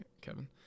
Kevin